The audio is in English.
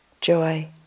joy